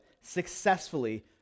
successfully